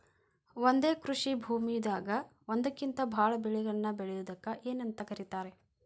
ಒಂದೇ ಕೃಷಿ ಭೂಮಿದಾಗ ಒಂದಕ್ಕಿಂತ ಭಾಳ ಬೆಳೆಗಳನ್ನ ಬೆಳೆಯುವುದಕ್ಕ ಏನಂತ ಕರಿತಾರೇ?